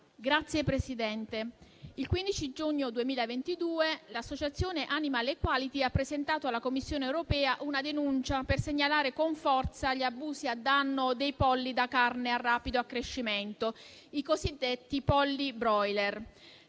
Signor Presidente, il 15 giugno 2022 l'associazione Animal equality ha presentato alla Commissione europea una denuncia, per segnalare con forza gli abusi a danno dei polli da carne a rapido accrescimento, i cosiddetti polli *broiler*.